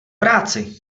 práci